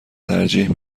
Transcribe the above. ترجیح